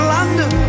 London